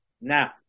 now